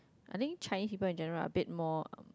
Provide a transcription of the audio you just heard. I think Chinese people in general are a bit more um